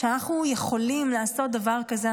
כשאנחנו יכולים לעשות דבר כזה,